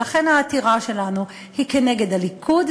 ולכן העתירה שלנו היא כנגד הליכוד,